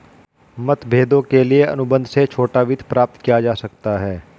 मतभेदों के लिए अनुबंध से छोटा वित्त प्राप्त किया जा सकता है